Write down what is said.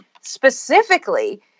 specifically